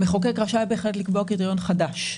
המחוקק רשאי בהחלט לקבוע קריטריון חדש,